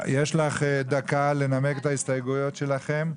יש לך דקה לנמק את ההסתייגויות שלכם.